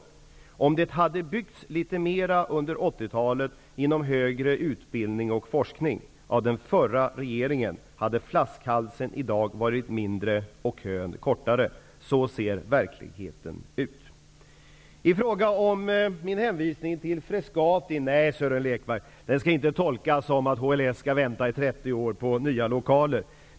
Om det under den förra regeringen hade byggts litet mera under 80-talet inom högre utbildning och forskning, skulle flaskhalsen i dag ha varit mindre och kön ha varit kortare. Så ser verkligheten ut. Min hänvisning till Frescati skall inte tolkas så, att HLS måste vänta i 30 år på nya lokaler, Sören Lekberg.